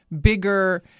bigger